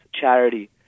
charity